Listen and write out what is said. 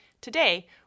Today